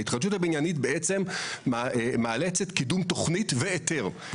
ההתחדשות הבניינית בעצם מאלצת קידום תוכנית והיתר.